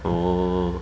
oh